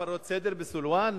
היו הפרות סדר בסילואן?